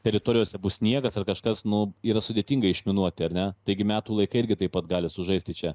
teritorijose bus sniegas ar kažkas nu yra sudėtinga išminuoti ar ne taigi metų laikai irgi taip pat gali sužaisti čia